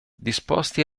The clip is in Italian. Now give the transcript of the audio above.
disposti